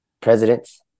presidents